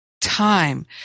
time